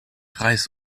reis